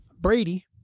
Brady